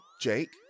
Jake